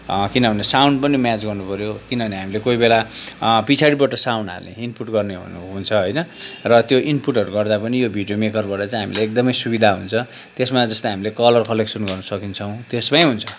किनभने साउन्ड पनि म्याच गर्नु पऱ्यो किनभने हामीले कोहीबेला पछाडिबाट साउन्ड हाल्ने इनपुट गर्ने हुन्छ होइन र त्यो इनपुटहरू गर्दा पनि यो भिडियो मेकरबाट चाहिँ हामीले एकदमै सुविधा हुन्छ त्यसमा जस्तै हामीले कलर कलेक्सन गर्न सकिन्छ त्यसमै हुन्छ